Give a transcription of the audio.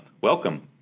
welcome